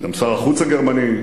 גם שר החוץ הגרמני,